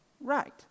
Right